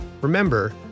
remember